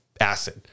acid